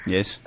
Yes